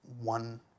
one